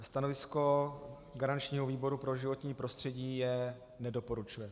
Stanovisko garančního výboru pro životní prostředí je: nedoporučuje.